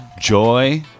joy